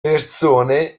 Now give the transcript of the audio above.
persone